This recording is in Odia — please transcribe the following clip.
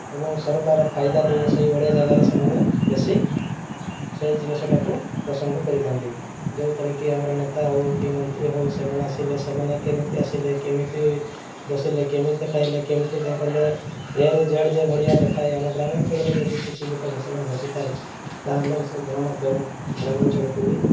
ଏବଂ ସରକାର ଫାଇଦା ଥିବ ସେହିଭଳିଆ ଜାଗାରେ ସେମାନେ ବେଶୀ ସେହି ଜିନିଷଟାକୁ ପ୍ରସଙ୍ଗ କରିଥାନ୍ତି ଯେଉଁଥିରେକି ଆମର ନେତା ହେଉ କି ମନ୍ତ୍ରୀ ହେଉ ସେମାନେ ଆସିଲେ ସେମାନେ କେମିତି ଆସିଲେ କେମିତି ବସିଲେ କେମିତି ଖାଇଲେ କେମିତି କ'ଣ କଲେ ଏରୁ ଜେଡ଼୍ ଭଳିଆ ଦେଖାଏ ଆମ ଗ୍ରାମାଞ୍ଚଳରେ ଯଦି କିଛି ଗୋଟେ ଘଟଣା ଘଟିଥାଏ ତା'ହେଲେ ସେ ଗଣମାଧ୍ୟମ ଗ୍ରାମାଞ୍ଚଳକୁ ବି